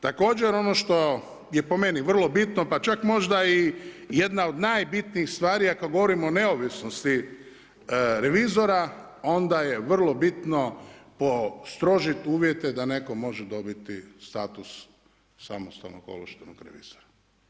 Također ono što je po meni vrlo bitno, pa čak možda i jedna od najbitnijih stvari, a kad govorimo o neovisnosti revizora onda je vrlo bitno postrožit uvjete da netko može dobiti status samostalnog ovlaštenog revizora.